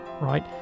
right